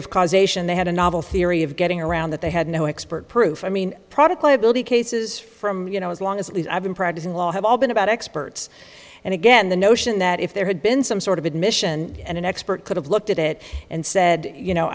of causation they had a novel theory of getting around that they had no expert proof i mean product liability cases from you know as long as i've been practicing law have all been about experts and again the notion that if there had been some sort of admission and an expert could have looked at it and said you know